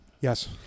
Yes